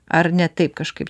ar ne taip kažkaip